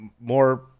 more